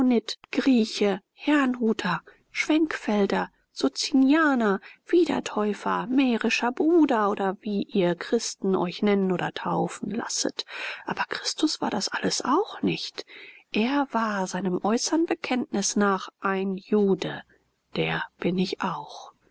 grieche herrnhuter schwenkfelder socinianer wiedertäufer mährischer bruder oder wie ihr christen euch nennen oder taufen lasset aber christus war das alles auch nicht er war seinem äußern bekenntnis nach ein jude der bin ich auch